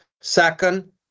Second